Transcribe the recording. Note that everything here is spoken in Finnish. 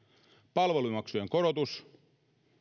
palvelumaksujen korotus